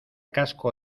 casco